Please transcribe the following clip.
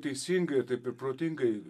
teisingai taip ir protingai